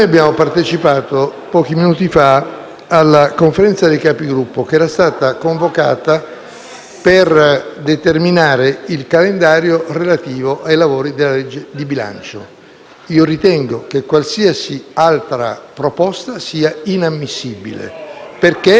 la Conferenza dei Capigruppo era stata convocata per un determinato obiettivo e, se avessimo dovuto discutere altre questioni, sarebbe stata convocata con altro ordine del giorno. Credo che vada seguita una regola